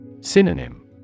Synonym